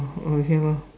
okay lor